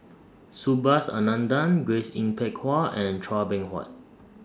Subhas Anandan Grace Yin Peck Ha and Chua Beng Huat